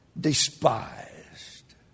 despised